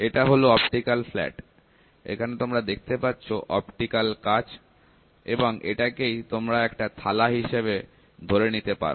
এটা হল optical flat এখানে তোমরা দেখতে পাচ্ছ অপটিক্যাল কাচ এবং এটাকেই তোমরা একটা থালা হিসেবে ধরে নিতে পারো